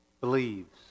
Believes